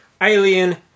Alien